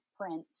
print